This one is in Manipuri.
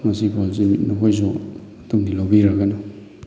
ꯃꯁꯤ ꯐꯣꯜꯁꯤ ꯅꯈꯣꯏꯁꯨ ꯃꯇꯨꯡꯗꯤ ꯂꯧꯕꯤꯔꯒꯅꯨ